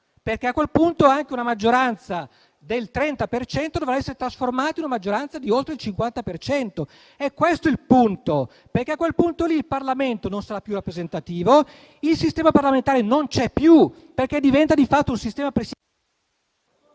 perché a quel punto anche una maggioranza del 30 per cento dovrà essere trasformata in una maggioranza di oltre il 50 per cento. Questo è il nodo, perché a quel punto il Parlamento non sarà più rappresentativo, il sistema parlamentare non ci sarà più, perché diventa di fatto un sistema presidenziale,